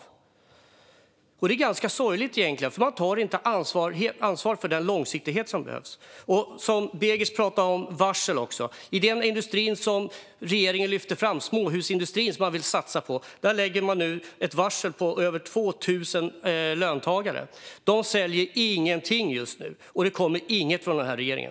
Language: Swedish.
Det är egentligen ganska sorgligt att man inte tar ansvar för den långsiktighet som behövs. Begic talade också om varsel. Inom den industri som regeringen lyfter fram att man vill satsa på, småhusindustrin, läggs nu ett varsel på över 2 000 löntagare. De säljer ingenting just nu, och det kommer ingenting från regeringen.